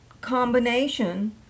combination